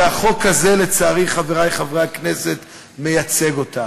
שהחוק הזה, לצערי, חברי חברי הכנסת, מייצג אותה.